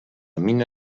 mina